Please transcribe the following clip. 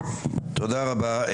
תודה רבה.